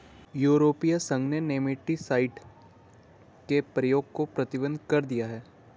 यूरोपीय संघ ने नेमेटीसाइड के प्रयोग को प्रतिबंधित कर दिया है